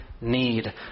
need